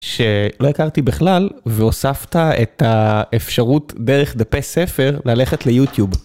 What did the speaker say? שלא הכרתי בכלל והוספת את האפשרות דרך דפי ספר ללכת ליוטיוב.